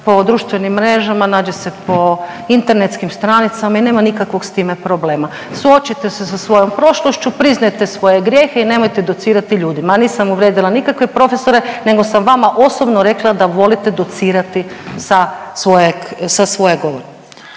po društvenim mrežama, nađe se po internetskim stranicama i nema nikakvog s time problema. Suočite se sa svojom prošlošću, priznajte svoje grijehe i nemojte docirati ljudima. Nisam uvrijedila nikakve profesore, nego sam vama osobno rekla da volite docirati sa svojeg,